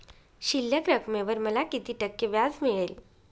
शिल्लक रकमेवर मला किती टक्के व्याज मिळेल?